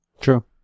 True